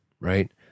right